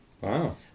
Wow